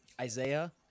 Isaiah